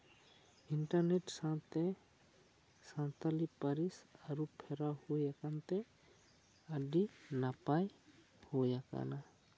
internet ᱥᱟᱶᱛᱮ ᱥᱟᱱᱛᱟᱲᱤ ᱯᱟᱹᱨᱤᱥ ᱟᱹᱨᱩ ᱯᱷᱮᱨᱟᱣ ᱦᱩᱭ ᱟᱠᱟᱱ ᱛᱮ ᱟᱹᱰᱤ ᱱᱟᱯᱟᱭ ᱦᱩᱭ ᱟᱠᱟᱱᱟ